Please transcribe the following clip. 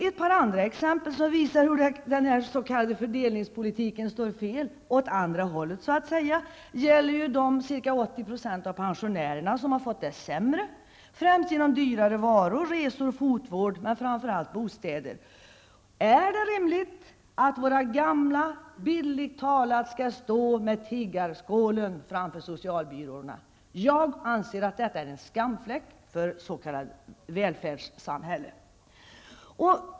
Ett par andra exempel som visar hur den s.k. fördelningspolitiken slår fel -- åt andra hållet, så att säga: Ca 80 % av pensionärerna har fått det sämre, främst genom dyrare varor, resor, fotvård, och framför allt bostäder. Är det rimligt att våra gamla bildligt talat skall stå med tiggarskålen framför socialbyråerna? Jag anser att detta är en skamfläck för ett s.k. välfärdssamhälle.